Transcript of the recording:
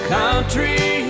country